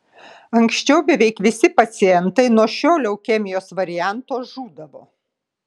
anksčiau beveik visi pacientai nuo šio leukemijos varianto žūdavo